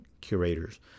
curators